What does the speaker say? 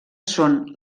són